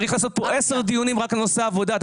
צריך לקיים כאן עשרה דיונים רק על נושא העבודה.